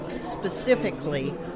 specifically